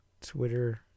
Twitter